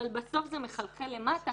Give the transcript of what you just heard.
אבל בסוף זה מחלחל למטה,